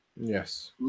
yes